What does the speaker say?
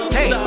hey